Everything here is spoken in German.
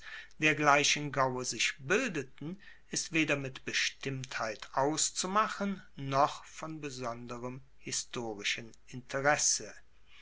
dergleichen gaue sich bildeten ist weder mit bestimmtheit auszumachen noch von besonderem historischen interesse